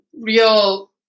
real